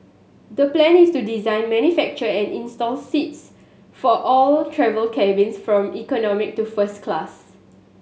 the plan is to design manufacture and install seats for all travel cabins from economy to first class